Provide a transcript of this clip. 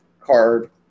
card